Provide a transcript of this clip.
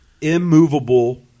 immovable